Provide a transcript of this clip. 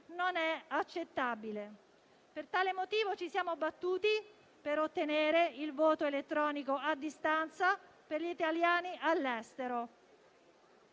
non è accettabile. Per tale motivo ci siamo battuti per ottenere il voto elettronico a distanza per gli italiani all'estero